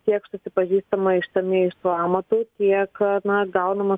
kiek susipažįstama išsamiai su amatu tiek na gaunama